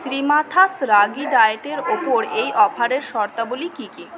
শ্রীমাথাস রাগী ডায়েটের ওপর এই অফারের শর্তাবলী কি কি